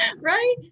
right